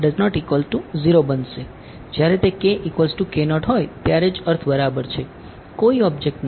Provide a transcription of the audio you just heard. તેથી આ બનશે જ્યારે તે હોય ત્યારે જ અર્થ બરાબર છે કોઈ ઑબ્જેક્ટ નથી